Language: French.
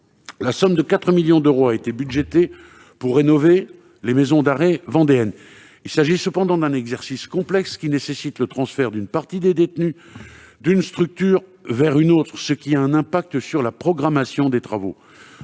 une somme de 4 millions d'euros a été budgétée pour rénover les maisons d'arrêt. Il s'agit cependant d'un exercice complexe, qui nécessite le transfert d'une partie des détenus d'une structure vers une autre, ce qui a un impact sur la programmation des travaux.